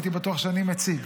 הייתי בטוח שאני מציג.